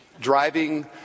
driving